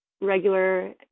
regular